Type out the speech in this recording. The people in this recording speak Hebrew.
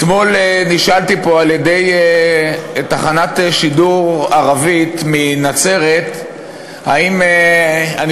אתמול נשאלתי פה על-ידי תחנת שידור ערבית מנצרת אם אני